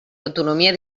autonomia